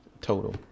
total